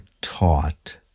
taught